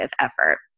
effort